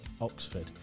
Oxford